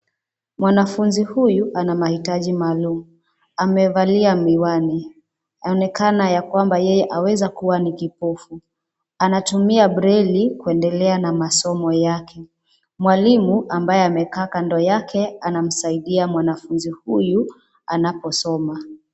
Mwanafunzi huyu ana mahitaji maalum. Amevalia miwani. Aonekana ya kwamba yeye aweza ni kuwa kipofu. Anatumia breli kuendelea na masomo yake. Mwalimu ambaye amekaa kando yake, anamsaidia mwanafunzi huyu anaposoma.